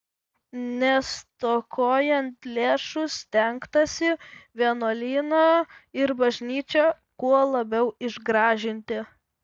nestokojant lėšų stengtasi vienuolyną ir bažnyčią kuo labiau išgražinti